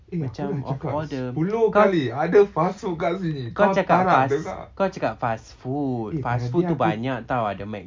eh aku dah cakap sepuluh kali ada fast food kat sini kau tak nak dengar eh tadi aku